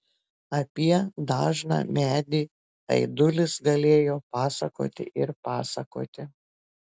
apie dažną medį aidulis galėjo pasakoti ir pasakoti